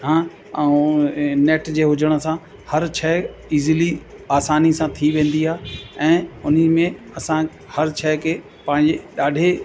हा ऐं हे नैट जे हुजण सां हर शइ इजिली आसानी सां थी वेंदी आहे ऐं उन्ही में असां हर शइ खे पंहिंजे ॾाढे